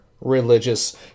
religious